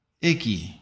Icky